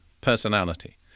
personality